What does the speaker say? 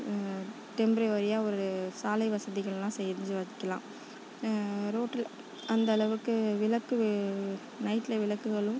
டெம்ப்ரவரியாக ஒரு சாலை வசதிகள்லாம் செஞ்சு வக்கலாம் ரோட்டில் அந்தளவுக்கு விளக்கு நைட்ல விளக்குகளும்